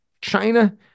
China